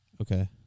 Okay